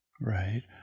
Right